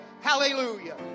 hallelujah